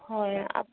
হয় আপ